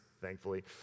thankfully